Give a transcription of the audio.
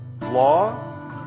law